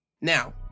Now